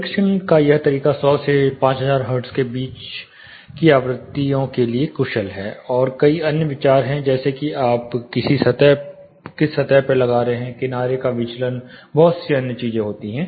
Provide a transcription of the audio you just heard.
परीक्षण का यह तरीका 100 से 5000 हर्ट्ज के बीच आवृत्तियों के लिए अधिक कुशल है और कई अन्य विचार हैं जैसे कि आप किस सतह पर लगा रहे हैं किनारे का विचलन बहुत सी अन्य चीजें होती हैं